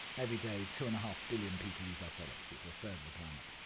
every day, two and a half billion people use our products, it's a third of the planet.